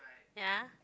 ya